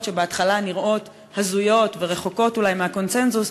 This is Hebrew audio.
שבהתחלה נראות הזויות ורחוקות אולי מהקונסנזוס,